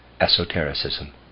esotericism